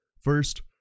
First